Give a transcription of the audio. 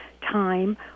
time